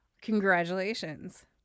Congratulations